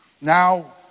Now